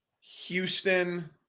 Houston